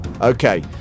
Okay